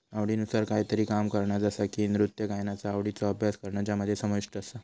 आवडीनुसार कायतरी काम करणा जसा की नृत्य गायनाचा आवडीचो अभ्यास करणा ज्यामध्ये समाविष्ट आसा